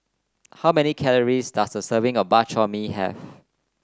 how many calories does a serving of Bak Chor Mee have